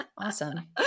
awesome